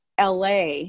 LA